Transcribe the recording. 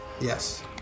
Yes